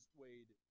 weighed